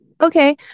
Okay